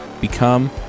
become